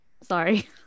sorry